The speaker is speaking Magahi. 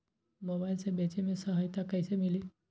मोबाईल से बेचे में सहायता कईसे मिली?